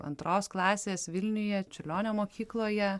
antros klasės vilniuje čiurlionio mokykloje